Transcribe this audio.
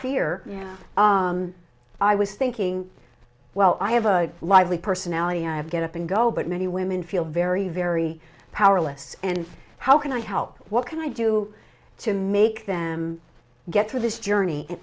fear i was thinking well i have a lively personality i have get up and go but many women feel very very powerless and how can i help what can i do to make them get through this journey and